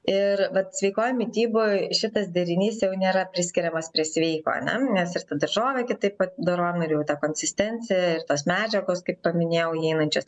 ir vat sveikoj mityboj šitas derinys jau nėra priskiriamas prie sveiko ar ne nes ir ta daržovė kitaip vat dorojama ir jau ta konsistencija ir tos medžiagos kaip minėjau įeinančios